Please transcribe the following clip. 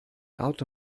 auto